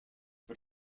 but